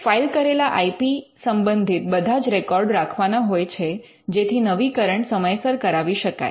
file કરેલા I P સંબંધિત બધા જ રેકોર્ડ રાખવાના હોય છે જેથી નવીકરણ સમયસર કરાવી શકાય